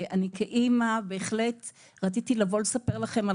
כאימא בהחלט רציתי לבוא ולספר לכם על